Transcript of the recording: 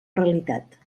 realitat